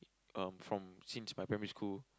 uh from since my primary school